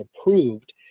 approved